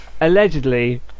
Allegedly